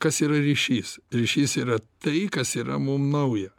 kas yra ryšys ryšys yra tai kas yra mum naujo